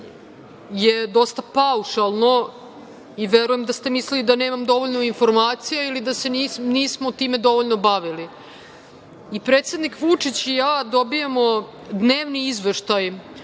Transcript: je dosta paušalno i verujem da ste mislili da nemam dovoljno informacija ili da se nismo time dovoljno bavili. Predsednik Vučić i ja dobijamo dnevni izveštaj